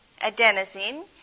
Adenosine